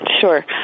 Sure